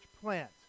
plant